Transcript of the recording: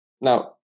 Now